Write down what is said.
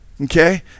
Okay